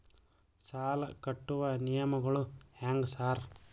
ಸಾಲ ಕಟ್ಟುವ ನಿಯಮಗಳು ಹ್ಯಾಂಗ್ ಸಾರ್?